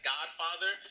Godfather